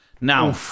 Now